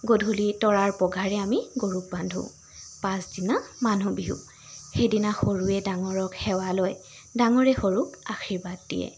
গধূলি তৰাৰ পঘাৰে আমি গৰুক বান্ধোঁ পাছদিনা মানুহ বিহু সেইদিনা সৰুৱে ডাঙৰক সেৱা লয় ডাঙৰে সৰুক আশীৰ্বাদ দিয়ে